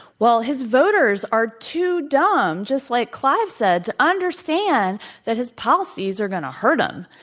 well, his voters are too dumb, just like clive said, to understand that his policies are going to hurt them.